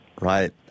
Right